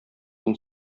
мин